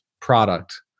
product